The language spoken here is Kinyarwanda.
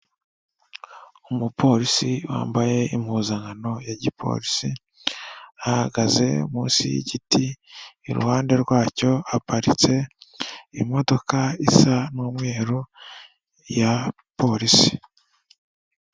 Umupolisi wambaye impuzankano ya gipolisi, ahagaze munsi y'igiti iruhande rwacyo aparitse imodoka isa n'umweru ya polisi.